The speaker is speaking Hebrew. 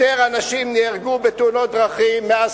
יותר אנשים נהרגו בתאונות דרכים מאז